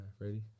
Ready